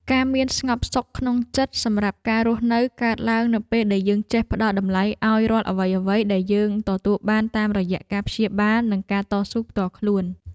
ការមានស្ងប់សុខក្នុងចិត្តសម្រាប់ការរស់នៅកើតឡើងនៅពេលដែលយើងចេះផ្ដល់តម្លៃឱ្យរាល់អ្វីៗដែលយើងទទួលបានតាមរយៈការព្យាយាមនិងការតស៊ូផ្ទាល់ខ្លួន។